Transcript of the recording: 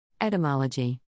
Etymology